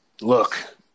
look